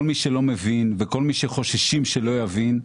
כל מי שלא מבין וכל מי שחוששים שלא יבין,